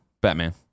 Batman